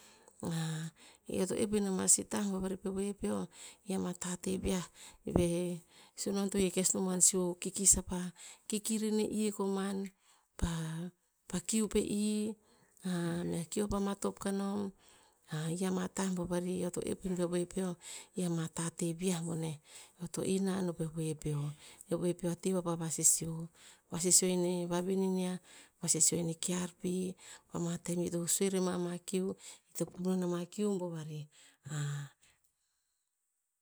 eo to oep in ama sih ta vari pe we peo, i ama tateh viah sunon to he kes no buan sih o kikis a pa kikir ine i koman pa- pa kiu pe i, kiu a pa matop kanom. i ama tah bo vari eo to ep in pe we peo, i ama tateh viah boneh. Eo to inan o po we peo, eh we peo a ti vapa vasisio. Vasisio ineh vavine nia, vasisio ine kear pi. Pa ma tem ito sue rer ma pa ma kiu, i to pok non ama kiu bo vari.